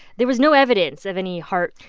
there was no evidence of any heart